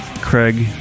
Craig